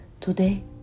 Today